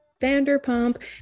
Vanderpump